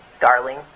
darling